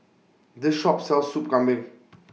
This Shop sells Soup Kambing